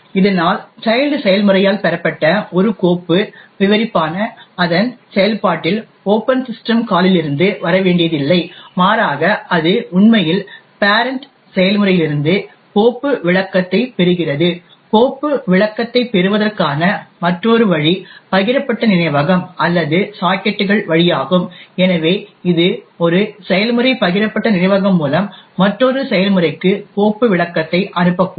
இதனால் சைல்ட் செயல்முறையால் பெறப்பட்ட ஒரு கோப்பு விவரிப்பான் அதன் செயல்பாட்டில்ஓபன் சிஸ்டம் கால்லிருந்து வர வேண்டியதில்லை மாறாக அது உண்மையில் பேரன்ட் செயல்முறையிலிருந்து கோப்பு விளக்கத்தை பெறுகிறது கோப்பு விளக்கத்தைப் பெறுவதற்கான மற்றொரு வழி பகிரப்பட்ட நினைவகம் அல்லது சாக்கெட்டுகள் வழியாகும் எனவே இது ஒரு செயல்முறை பகிரப்பட்ட நினைவகம் மூலம் மற்றொரு செயல்முறைக்கு கோப்பு விளக்கத்தை அனுப்பக்கூடும்